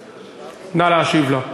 נא להשיב לה.